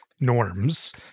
norms